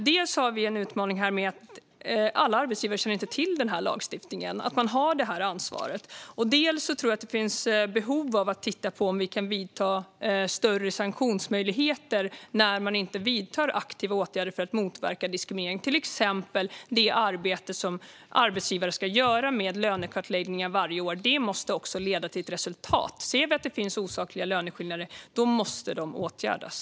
Här har vi en utmaning. Dels känner inte alla arbetsgivare till lagstiftningen och att de har detta ansvar. Dels tror jag att det finns behov av att se om vi kan införa större sanktionsmöjligheter mot dem som inte vidtar aktiva åtgärder för att motverka diskriminering. Det handlar till exempel om det arbete med lönekartläggningar som arbetsgivare måste göra varje år. Det måste också leda till resultat. Ser vi att det finns osakliga löneskillnader måste de åtgärdas.